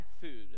food